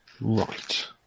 Right